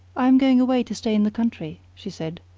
i am going away to stay in the country, she said.